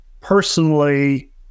personally